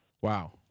Wow